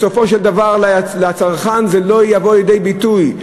אבל בסופו של דבר אצל הצרכן זה לא יבוא לידי ביטוי.